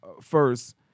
first